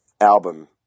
album